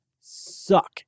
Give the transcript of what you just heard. suck